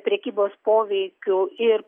prekybos poveikiu ir